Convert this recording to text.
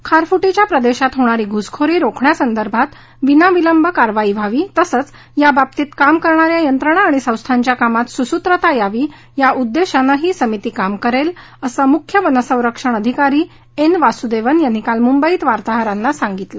खारफुटीच्या प्रदेशात होणारी घुसखोरी रोखण्यासंदर्भात विनाविलंब कारवाई व्हावी तसंच याबाबतीत काम करणा या यंत्रणा आणि संस्थांच्या कामात सुसुत्रता यावी या उद्देशान ही समिती काम करेल असं मुख्य वनसंरक्षण अधिकारी एन वासुदेवन यांनी काल मुंबईत वार्ताहरांना सांगितलं